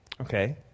Okay